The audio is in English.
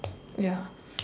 ya